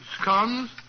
Scones